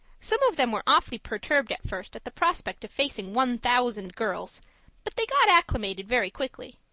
some of them were awfully perturbed at first at the prospect of facing one thousand girls but they got acclimated very quickly.